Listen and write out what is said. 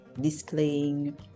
displaying